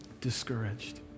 discouraged